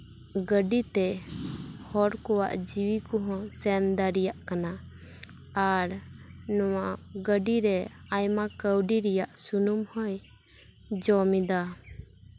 ᱜᱟᱹᱰᱤᱛᱮ ᱦᱚᱲ ᱠᱚᱣᱟᱜ ᱡᱤᱣᱤ ᱠᱚᱦᱚᱸ ᱥᱮᱱ ᱫᱟᱲᱮᱭᱟᱜ ᱠᱟᱱᱟ ᱟᱨ ᱱᱚᱣᱟ ᱜᱟᱹᱰᱤᱨᱮ ᱟᱭᱢᱟ ᱠᱟᱹᱣᱰᱤ ᱨᱮᱭᱟᱜ ᱥᱩᱱᱩᱢ ᱦᱚᱸᱭ ᱡᱚᱢ ᱮᱫᱟ